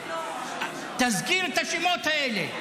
תזכיר את השמות האלה.